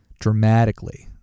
dramatically